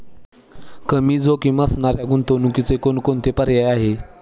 कमी जोखीम असणाऱ्या गुंतवणुकीचे कोणकोणते पर्याय आहे?